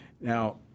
Now